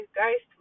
guys